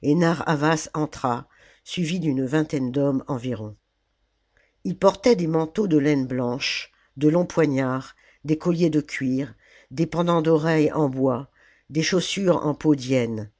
entra suivi d'une vingtaine d'hommes environ lis portaient des manteaux de laine blanche de longs poignards des colliers de cuir des pendants d'oreilles en bois des chaussures en